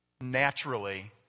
naturally